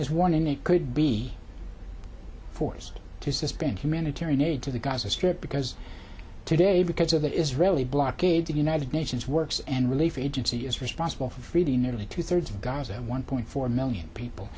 is warning they could be forced to suspend humanitarian aid to the gaza strip because today because of that israeli blockade the united nations works and relief agency is responsible for reading nearly two thirds of gaza one point four million people